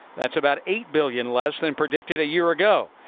that's about eight billion less than predicted a year ago.